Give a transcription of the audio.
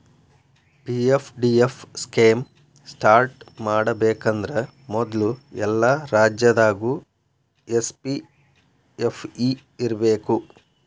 PFDF scheme start ಮಾಡಬೇಕಂದ್ರ ಮೊದ್ಲು ಎಲ್ಲಾ ರಾಜ್ಯದಾಗು ಎಸ್.ಪಿ.ಎಫ್.ಇ ಇರ್ಬೇಕು